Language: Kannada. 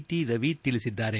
ಟಿ ರವಿ ತಿಳಿಸಿದ್ದಾರೆ